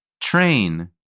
Train